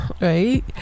right